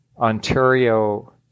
Ontario